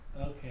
Okay